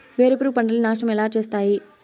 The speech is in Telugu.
వేరుపురుగు పంటలని నాశనం ఎలా చేస్తాయి?